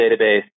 database